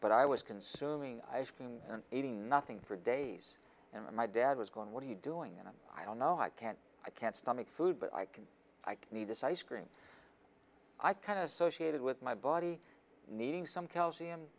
but i was consuming ice cream and eating nothing for days and my dad was going what are you doing and i don't know i can't i can't stomach food but i can i need this icecream i kind of associated with my body needing some calcium